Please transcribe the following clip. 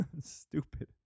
Stupid